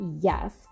yes